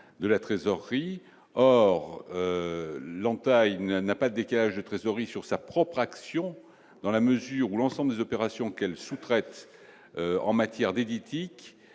de la trésorerie, or l'entaille n'a pas décalage de trésorerie sur sa propre action, dans la mesure où l'ensemble des opérations qu'elle sous-traite en matière d'Editis,